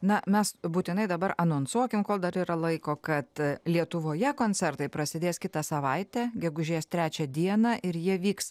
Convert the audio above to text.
na mes būtinai dabar anonsuokim kol dar yra laiko kad lietuvoje koncertai prasidės kitą savaitę gegužės trečią dieną ir jie vyks